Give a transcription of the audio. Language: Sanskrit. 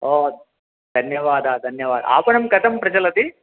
ओ धन्यवादः धन्यवादः आपणं कथं प्रचलति